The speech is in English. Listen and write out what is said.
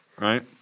Right